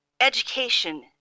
education